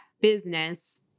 business